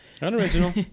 unoriginal